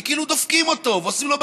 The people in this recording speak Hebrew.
כי כאילו דופקים אותו ועושים לו בכוונה.